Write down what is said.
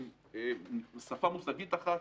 עם שפה מושגית אחת,